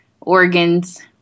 organs